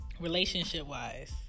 Relationship-wise